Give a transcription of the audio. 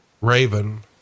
Raven